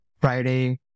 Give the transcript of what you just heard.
Friday